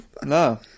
No